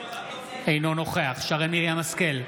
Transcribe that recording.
אינו נוכח שרן מרים השכל,